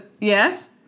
Yes